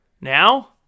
now